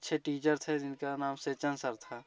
अच्छे टीचर थे जिनका नाम शेचन सर था